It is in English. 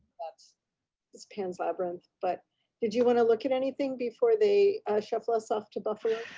but it's pan's labyrinth but did you wanna look at anything before they shuffle us off to buffalo?